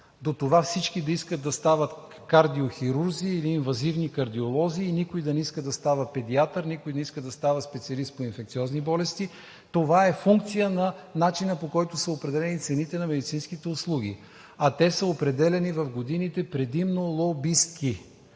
до това всички да искат да стават кардиохирурзи или инвазивни кардиолози и никой да не иска да става педиатър, никой не иска да става специалист по инфекциозни болести. Това е функция на начина, по който са определени цените на медицинските услуги, а те са определяни в годините предимно лобистки.